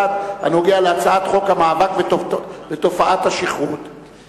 המאבק בתופעת השכרות (הוראת